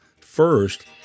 First